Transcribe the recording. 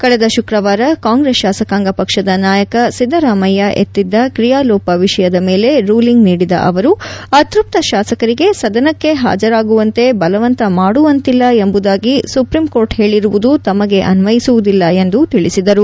ಕಳೆದ ಶುಕ್ರವಾರ ಕಾಂಗ್ರೆಸ್ ಶಾಸಕಾಂಗ ಪಕ್ಷದ ನಾಯಕ ಸಿದ್ದರಾಮಯ್ಯ ಎತ್ತಿದ್ದ ಕ್ರಿಯಾಲೋಪ ವಿಷಯದ ಮೇಲೆ ರೂಲಿಂಗ್ ನೀಡಿದ ಅವರು ಅತೃಪ್ತ ಶಾಸಕರಿಗೆ ಸದನಕ್ಕೆ ಹಾಜರಾಗುವಂತೆ ಬಲವಂತ ಮಾಡುವಂತಿಲ್ಲ ಎಂಬುದಾಗಿ ಸುಪ್ರೀಂ ಕೋರ್ಟ್ ಹೇಳಿರುವುದು ತಮಗೆ ಅನ್ವಯಿಸುವುದಿಲ್ಲ ಎಂದು ತಿಳಿಸಿದರು